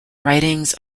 writings